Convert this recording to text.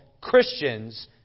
Christians